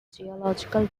geological